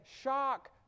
shock